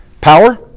Power